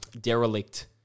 derelict